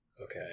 Okay